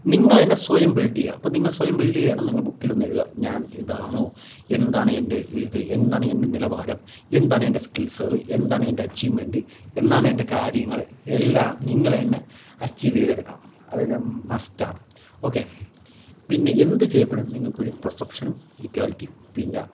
നിങ്ങള്തന്നെ സ്വയം ബിൽഡ് ചെയ്യുക അപ്പോള് നിങ്ങള് സ്വയം ബില്ഡ് ചെയ്യുകയാണ് നിങ്ങളുടെ ബുക്കിലൊന്ന് എഴുതുക ഞാൻ ഇതാണോ എന്താണ് എന്റെ ഇത് എന്താണ് എന്റെ നിലവാരം എന്താണ് എന്റെ സ്കിൽസുകള് എന്താണ് എന്റെ അച്ചീവ്മെൻറ്റ് എന്താണ് എന്റെ കാര്യങ്ങള് എല്ലാ നിങ്ങള് തന്നെ അച്ചീവ് ചെയ്തെടുക്കണം അതൊരു മസ്റ്റാണ് ഓക്കെ പിന്നെ എന്ത് ചെയ്യുമ്പോഴും നിങ്ങള്ക്കൊരു പെർസെപ്ഷനും ഇക്വാലിറ്റി പിന്നെ